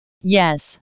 Yes